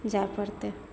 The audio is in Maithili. जाए पड़तै